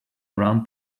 around